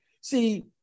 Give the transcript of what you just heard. see